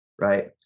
right